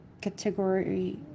category